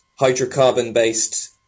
hydrocarbon-based